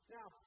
Now